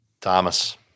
Thomas